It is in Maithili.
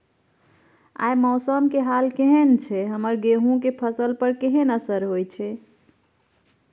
आय मौसम के हाल केहन छै हमर गेहूं के फसल पर केहन असर होय छै?